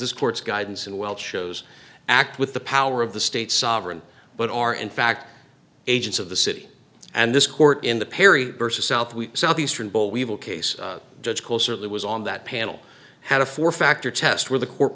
this court's guidance and well shows act with the power of the state sovereign but are in fact agents of the city and this court in the perry versus south we southeastern boll weevil case judge closer there was on that panel had a four factor test where the court